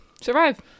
Survive